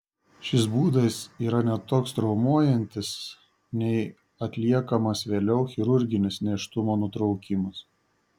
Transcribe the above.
šis būdas yra ne toks traumuojantis nei atliekamas vėliau chirurginis nėštumo nutraukimas